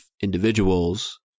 individuals